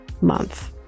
month